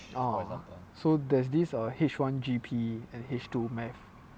ah so there's this err H one G_P and H two mathematics